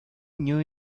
new